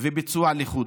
וביצוע לחוד.